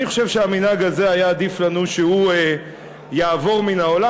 אני חושב שהמנהג הזה היה עדיף לנו שיעבור מהעולם.